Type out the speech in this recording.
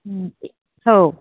हो